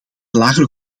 lagere